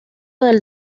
del